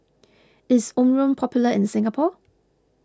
is Omron popular in Singapore